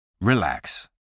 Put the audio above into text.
Relax